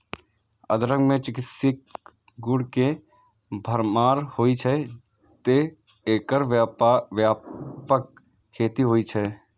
अदरक मे चिकित्सीय गुण के भरमार होइ छै, तें एकर व्यापक खेती होइ छै